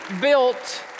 built